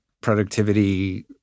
productivity